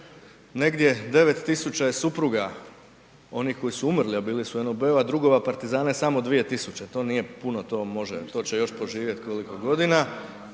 negdje 9000 je supruga onih koji su umrli a bili su u NOB-u a drugova partizana je samo 2000, to nije puno, to će još poživjeti koliko godina